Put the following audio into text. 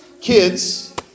Kids